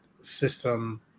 system